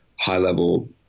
high-level